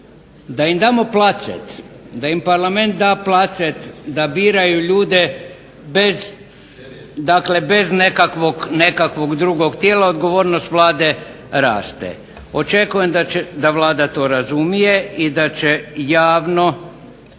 da im damo placet, da im parlament da placet da biraju ljude bez nekakvog drugog tijela odgovornost Vlade raste. Očekujem da Vlada to razumije i da će pred